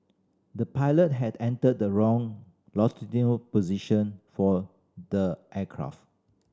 the pilot had entered the wrong longitudinal position for the aircraft